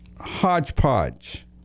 HodgePodge